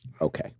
okay